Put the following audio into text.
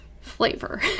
flavor